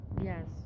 yes